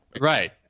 right